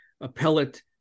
appellate